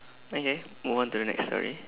okay move on to the next story